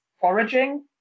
foraging